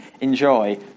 enjoy